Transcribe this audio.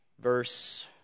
verse